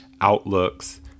outlooks